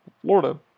Florida